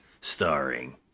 starring